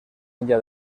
enllà